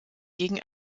gegen